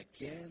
again